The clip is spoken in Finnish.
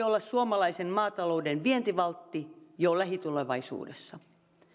olla suomalaisen maatalouden vientivaltti jo lähitulevaisuudessa